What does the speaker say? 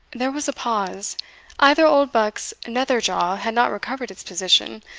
there was a pause either oldbuck's nether jaw had not recovered its position,